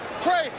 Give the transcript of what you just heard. pray